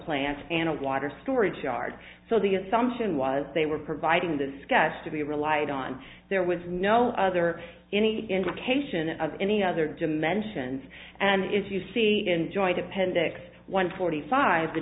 plant and a water storage yard so the assumption was they were providing the sketch to be relied on there was no other any indication of any other dimensions and if you see in joint appendix one forty five the